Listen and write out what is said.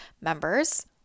members